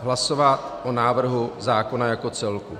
Hlasovat o návrhu zákona jako celku.